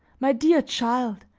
my dear child,